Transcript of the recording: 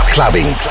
Clubbing